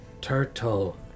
Turtle